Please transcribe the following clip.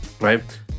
Right